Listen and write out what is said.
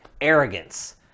arrogance